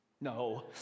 No